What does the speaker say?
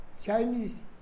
Chinese